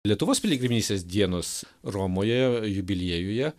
lietuvos piligrimystės dienos romoje jubiliejuje